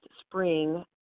spring